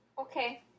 Okay